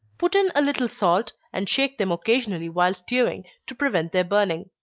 put in a little salt, and shake them occasionally while stewing, to prevent their burning.